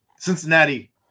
Cincinnati